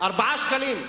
ב-4 שקלים.